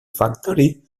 factory